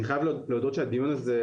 אני חייב להודות שהדיון הזה,